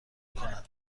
کند